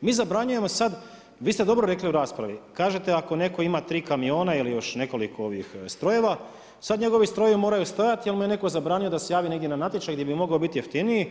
Mi zabranjujemo sad, vi ste dobro rekli u raspravi, kažete ako netko ima tri kamiona ili nekoliko ovih strojeva, sad njegovi strojevi moraju stojat jer mu je netko zabranio da se javi negdje na natječaj gdje bi mogao biti jeftiniji